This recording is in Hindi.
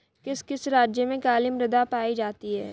किस किस राज्य में काली मृदा पाई जाती है?